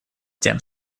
тем